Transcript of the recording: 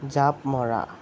জাপ মৰা